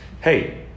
Hey